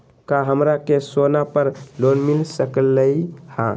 का हमरा के सोना पर लोन मिल सकलई ह?